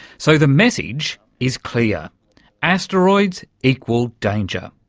so the message is clear asteroids equal danger.